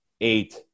eight